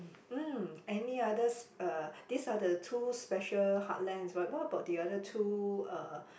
mm any other s~ uh these are the two special heartlands right what about the other two uh